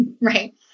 Right